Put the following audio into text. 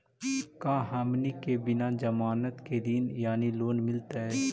का हमनी के बिना जमानत के ऋण यानी लोन मिलतई?